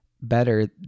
better